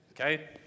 Okay